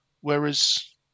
whereas